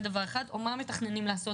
אני מבקש